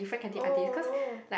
oh no